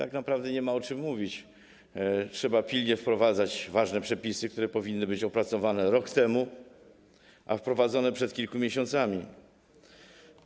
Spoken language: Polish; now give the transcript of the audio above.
Tak naprawdę nie ma o czym mówić, trzeba pilnie wprowadzać ważne przepisy, które powinny być opracowane rok temu i wprowadzone kilka miesięcy temu.